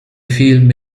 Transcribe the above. film